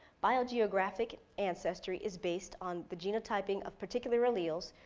biogeographic ancestry is based on the genotyping of particular alleles,